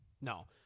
No